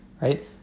right